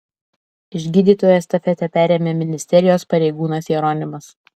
iš gydytojų estafetę perėmė ministerijos pareigūnas jeronimas